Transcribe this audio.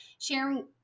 sharing